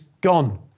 gone